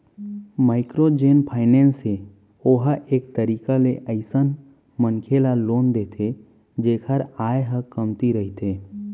micro जेन finance हे ओहा एक तरीका ले अइसन मनखे ल लोन देथे जेखर आय ह कमती रहिथे